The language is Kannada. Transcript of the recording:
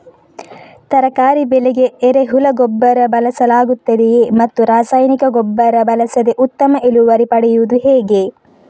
ತರಕಾರಿ ಬೆಳೆಗೆ ಎರೆಹುಳ ಗೊಬ್ಬರ ಬಳಸಲಾಗುತ್ತದೆಯೇ ಮತ್ತು ರಾಸಾಯನಿಕ ಗೊಬ್ಬರ ಬಳಸದೆ ಉತ್ತಮ ಇಳುವರಿ ಪಡೆಯುವುದು ಹೇಗೆ?